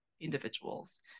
individuals